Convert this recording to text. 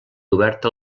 oberta